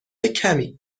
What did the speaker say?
کمی